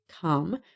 come